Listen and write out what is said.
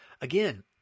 again